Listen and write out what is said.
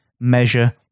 measure